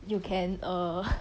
you can err